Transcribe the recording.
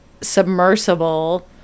submersible